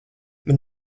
man